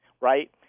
right